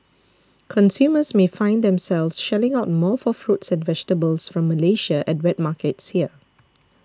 consumers may find themselves shelling out more for fruits and vegetables from Malaysia at wet markets here